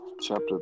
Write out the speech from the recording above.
chapter